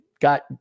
got